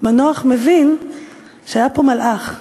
מנוח מבין שהיה פה מלאך.